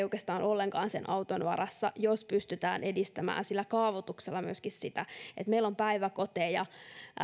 oikeastaan ollenkaan sen auton varassa jos pystytään edistämään sitä myöskin kaavoituksella niin että meillä on päiväkoteja